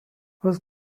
was